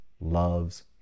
loves